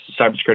cybersecurity